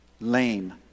lame